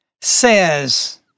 says